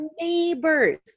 neighbors